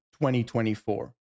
2024